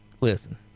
listen